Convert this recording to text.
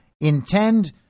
intend